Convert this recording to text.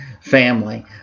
family